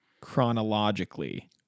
chronologically